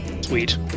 Sweet